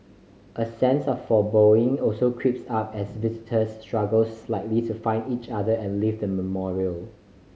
a sense of foreboding also creeps up as visitors struggle slightly to find each other and leave the memorial